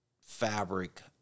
fabric